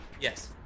Yes